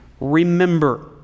remember